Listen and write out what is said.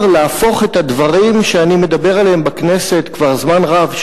להפוך את הדברים שאני מדבר עליהם בכנסת כבר זמן רב,